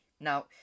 Now